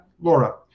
Laura